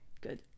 Good